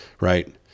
right